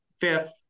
fifth